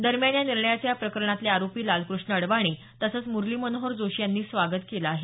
दरम्यान या निर्णयाच या प्रकरणातले आरोपी लालकृष्ण अडवाणी तसंच मूरली मनोहर जोशी यानी स्वागत केल आहे